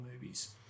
movies